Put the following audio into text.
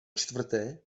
čtvrté